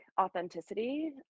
authenticity